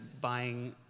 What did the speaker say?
buying